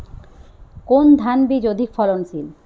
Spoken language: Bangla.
কোন ধান বীজ অধিক ফলনশীল?